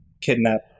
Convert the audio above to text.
kidnap